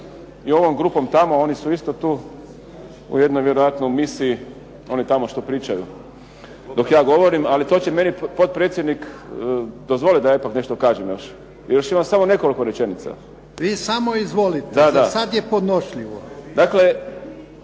i ovom grupom tamo, oni su isto tu u jednoj vjerojatno misiji, oni tamo što pričaju dok ja govorim, ali to će meni potpredsjednik dozvoliti da ja ipak nešto kažem još. Još imam samo nekoliko rečenica. **Jarnjak, Ivan (HDZ)** Vi samo izvolite. Za sad je podnošljivo.